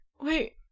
Wait